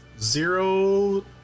zero